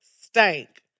stank